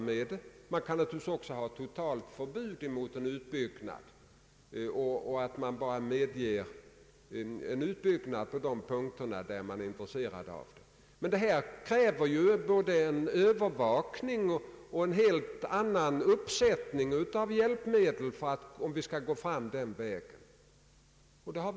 Det kan naturligtvis också utfärdas ett totalt förbud mot en utbyggnad utom i de fall där det föreligger intresse av att en sådan utbyggnad sker, men ett sådant tillvägagångssätt kräver både en övervakning och en heit annan uppsättning av hjälpmedel än vad rådgivningen kräver.